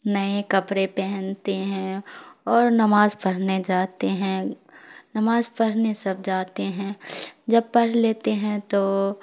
نئے کپڑے پہنتے ہیں اور نماز پڑھنے جاتے ہیں نماز پڑھنے سب جاتے ہیں جب پڑھ لیتے ہیں تو